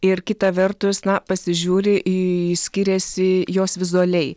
ir kita vertus na pasižiūri į skiriasi jos vizualiai